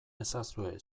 ezazue